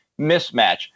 mismatch